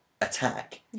attack